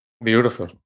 Beautiful